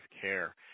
care